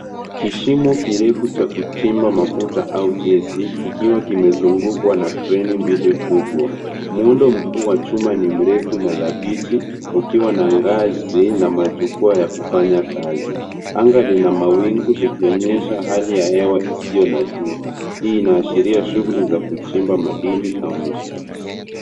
Kishimo kirefu cha kuchimba mafuta au gesi kikiwa kimezungukwa na kreni mbili kubwa. Muundo mkuu wa chuma ni mrefu na dhabiti ukiwa na ngazi na majukwaa ya kufanya kazi. Anga lina mawingu likionyesha hali ya hewa isiyo na jua. Hii inaashiria shughuli za kuchimba madini au nishati.